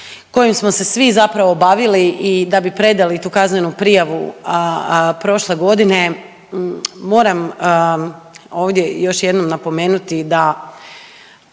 kojim smo se svi zapravo bavili i da bi predali tu kaznenu prijavu prošle godine, moram ovdje još jednom napomenuti da